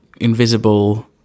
invisible